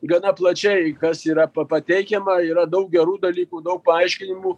gana plačiai kas yra pateikiama yra daug gerų dalykų daug paaiškinimų